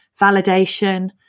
validation